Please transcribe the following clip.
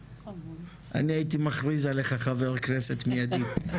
אני הייתי מכריז עליך חבר כנסת מיידי,